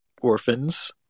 orphans